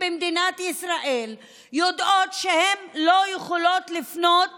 במדינת ישראל יודעות שהן לא יכולות לפנות